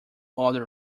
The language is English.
other